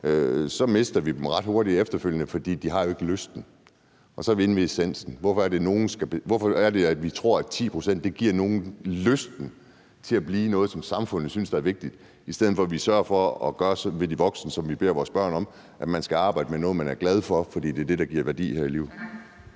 så mister vi dem ret hurtigt efterfølgende, fordi de ikke har lysten. Og så er vi inde ved essensen: Hvorfor er det, at vi tror, at 10 pct. giver nogen lysten til at blive noget, som samfundet synes er vigtigt, i stedet for at vi sørger for, at voksne gør det, vi beder vores børn om, nemlig at arbejde med noget, man er glad for? For det er det, der giver værdi her i livet.